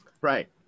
Right